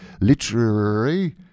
literary